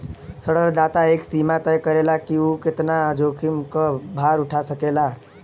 ऋणदाता एक सीमा तय करला कि उ कितना जोखिम क भार उठा सकेला